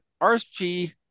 RSP